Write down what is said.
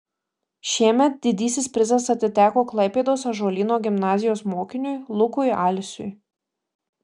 šiemet didysis prizas atiteko klaipėdos ąžuolyno gimnazijos mokiniui lukui alsiui